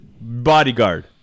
Bodyguard